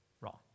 wrong